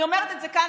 אני אומרת את זה כאן,